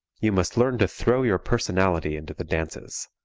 you must learn to throw your personality into the dances.